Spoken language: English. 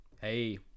hey